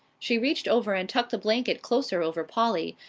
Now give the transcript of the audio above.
she reached over and tucked the blanket closer over polly,